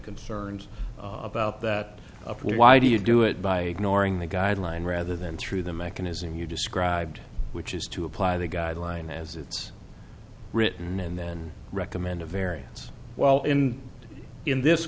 concerns about that why do you do it by norrin the guideline rather than through the mechanism you described which is to apply the guideline as it's written and then recommend a variance well in in this